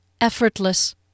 effortless